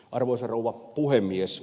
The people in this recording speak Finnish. arvoisa rouva puhemies